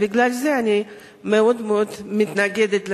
לכן בגלל זה אני מאוד מאוד מתנגדת לרעיון,